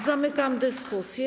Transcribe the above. Zamykam dyskusję.